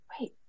Wait